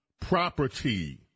property